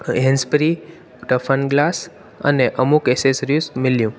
hands-free टफन glass अने अमूक ऐसेसिरीस मिल्यूं